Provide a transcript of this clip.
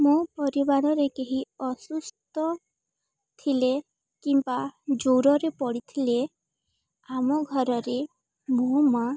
ମୋ ପରିବାରରେ କେହି ଅସୁସ୍ଥ ଥିଲେ କିମ୍ବା ଜ୍ଵରରେ ପଡ଼ିଥିଲେ ଆମ ଘରରେ ମୋ ମାଁ